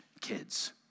kids